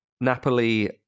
Napoli